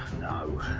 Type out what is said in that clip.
No